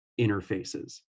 interfaces